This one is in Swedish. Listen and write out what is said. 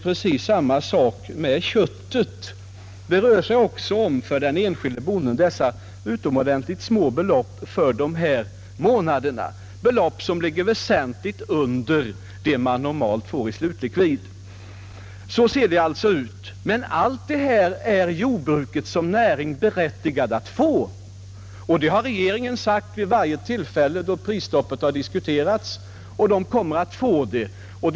Precis samma förhållande råder beträffande köttet. Även där rör det sig för den enskilde bonden om utomordentligt små belopp för dessa månader, belopp som ligger väsentligt under vad man normalt får i slutlikvid. Så ser det alltså ut. Den summa, vilken jordbruket som näring är berättigat att få, skall man få, och vid varje tillfälle som prisstoppet diskuterats har regeringen sagt att jordbruket kommer att få kompensation.